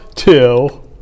Two